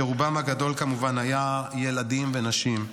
שרובם הגדול כמובן היה ילדים ונשים,